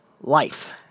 life